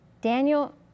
Daniel